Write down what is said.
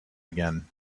again